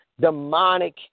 demonic